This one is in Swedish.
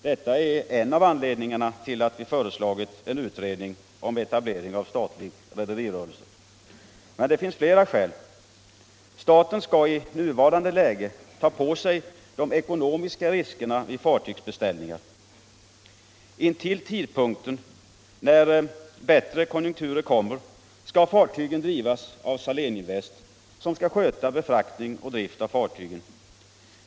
Detta är en av anledningarna till att vi har föreslagit en utredning om etablering av statlig rederirörelse. Men det finns flera skäl. Staten skall i nuvarande läge ta på sig de ekonomiska riskerna vid fartygsbeställningar. Intill dess bättre konjunkturer kommer skall fartygen drivas av Saléninvest, som skall sköta befraktningar och drift av fartygen.